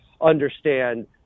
understand